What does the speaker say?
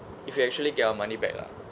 if we actually get our money back lah